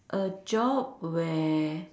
a job where